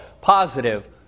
positive